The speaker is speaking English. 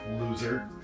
loser